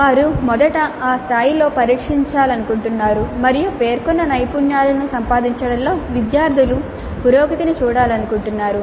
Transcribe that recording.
వారు మొదట ఆ స్థాయిలో పరీక్షించాలనుకుంటున్నారు మరియు పేర్కొన్న నైపుణ్యాలను సంపాదించడంలో విద్యార్థుల పురోగతిని చూడాలనుకుంటున్నారు